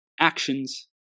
actions